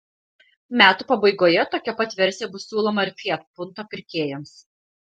metų pabaigoje tokia pat versija bus siūloma ir fiat punto pirkėjams